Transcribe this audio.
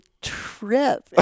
trip